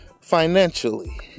Financially